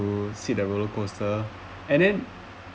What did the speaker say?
sit the roller coaster and then